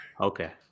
Okay